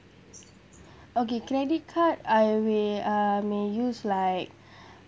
okay credit card I will uh may use like